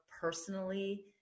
personally